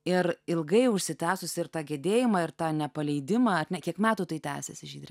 ir ilgai užsitęsusį ir tą gedėjimą ir tą nepaleidimą ar ne kiek metų tai tęsėsi žydre